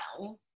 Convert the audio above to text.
now